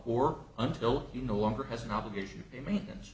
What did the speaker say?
or until you no longer has an obligation a maintenance